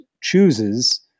chooses